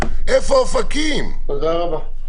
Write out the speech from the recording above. תודה רבה.